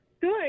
Good